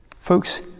Folks